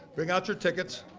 bring out your tickets